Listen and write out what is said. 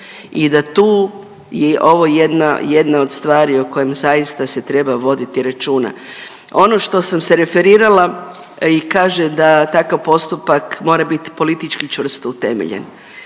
i da tu je ovo jedna, jedna od stvari o kojem zaista se treba voditi računa. Ono što sam se referirala i kaže da takav postupak mora biti politički čvrsto utemeljen.